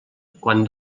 quan